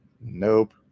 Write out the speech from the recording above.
Nope